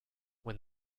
when